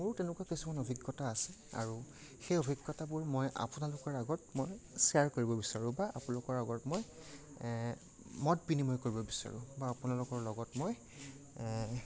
মোৰো তেনেকুৱা কিছুমান অভিজ্ঞতা আছে আৰু সেই অভিজ্ঞতাবোৰ মই আপোনালোকৰ আগত মই শ্বেয়াৰ কৰিব বিচাৰোঁ বা আপোনালোকৰ আগত মই মত বিনিময় কৰিব বিচাৰোঁ বা আপোনালোকৰ লগত মই